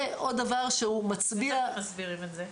איך אתם מסבירים את זה?